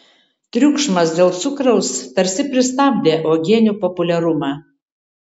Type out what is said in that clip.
triukšmas dėl cukraus tarsi pristabdė uogienių populiarumą